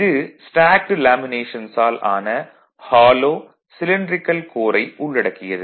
இது stacked laminations ஆல் ஆன ஹாலோ சிலின்ட்ரிகல் கோரை உள்ளடக்கியது